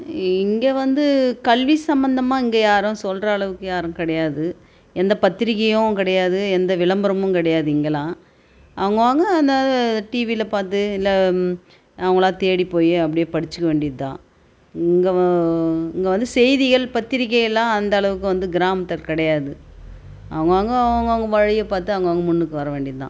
இங்கே வந்து கல்வி சம்மந்தமாக இங்கே யாரும் சொல்கிற அளவுக்கு யாரும் கிடையாது எந்த பத்திரிகையும் கிடையாது எந்த விளம்பரமும் கிடையாது இங்கெலாம் அவங்க அவங்க அந்த அது டீவியில பார்த்து இல்லை அவங்களாக தேடி போய் அப்படியே படிச்சிக்க வேண்டியது தான் இங்கே வா இங்கே வந்து செய்திகள் பத்திரிகைகள் எல்லாம் அந்த அளவுக்கு வந்து கிராமத்தில் கிடையாது அவங்க அவங்க அவங்க வழியை பார்த்து அவங்க அவங்க முன்னுக்கு வர வேண்டியது தான்